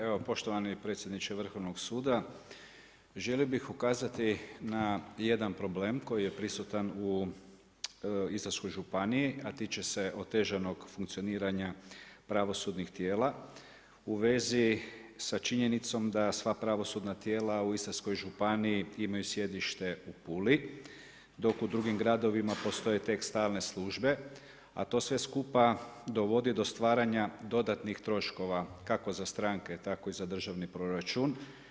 Evo poštovani predsjedniče Vrhovnog suda, želio bih ukazati na jedan problem koji je prisutan u Istarskoj županiji, a tiče se otežanog funkcioniranja pravosudnih tijela u vezi sa činjenicom da sva pravosudna tijela u Istarskoj županiji imaju sjedište u Puli, dok u drugim gradovima postoje tek stalne službe a to sve skupa dovodi do stvaranja dodatnih troškova kako za stranke tako i za državni proračun.